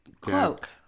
cloak